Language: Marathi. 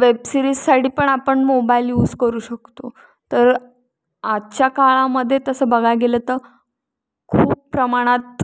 वेब सिरीजसाठी पण आपण मोबाईल यूज करू शकतो तर आजच्या काळामध्ये तसं बघाय गेलं तर खूप प्रमाणात